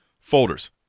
folders